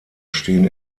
stehen